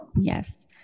Yes